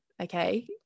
Okay